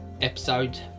episode